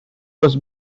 was